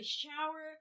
shower